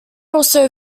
also